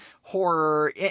horror